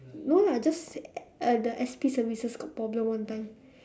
no lah just the S_P services got problem one time